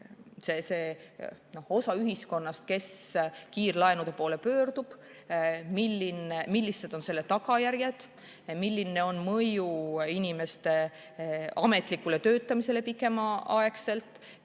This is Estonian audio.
see osa ühiskonnast, kes kiirlaenude poole pöördub, millised on selle tagajärjed, milline on mõju inimeste ametlikule töötamisele pikemaaegselt